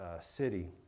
city